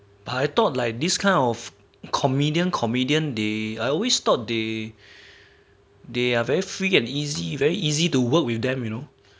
but I thought like this kind of comedian comedian they I always thought they they are very free and easy very easy to work with them you know